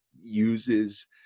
uses